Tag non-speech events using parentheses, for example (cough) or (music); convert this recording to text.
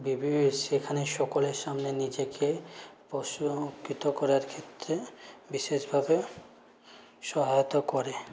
বিভিন্ন সেখানে সকলের সামনে নিজেকে প্রশ্ন (unintelligible) করার ক্ষেত্রে বিশেষ ভাবে সহায়তা করে